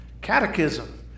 catechism